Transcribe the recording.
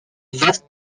vaste